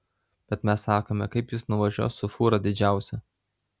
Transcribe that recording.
bet mes sakome kaip jis nuvažiuos su fūra didžiausia